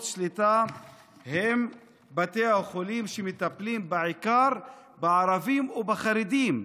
שליטה הם בתי החולים שמטפלים בעיקר בערבים או בחרדים,